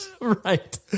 Right